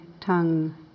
tongue